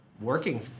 working